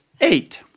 eight